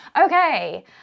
Okay